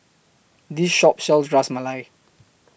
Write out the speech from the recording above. This Shop sells Ras Malai